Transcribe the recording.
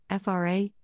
FRA